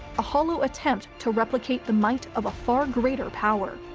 a hollow attempt to replicate the might of a far greater power.